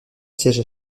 siège